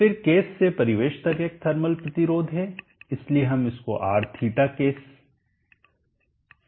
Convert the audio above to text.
फिर केस से परिवेश तक एक थर्मल प्रतिरोध है इसलिए हम उसको Rθ केस से परिवेश कहते हैं